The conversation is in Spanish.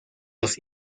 los